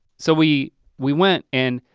so we we went and